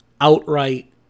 outright